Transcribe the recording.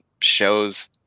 shows